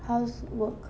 how's work